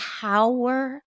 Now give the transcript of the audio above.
power